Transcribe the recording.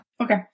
Okay